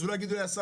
אולי הם יגידו 10%,